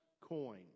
coin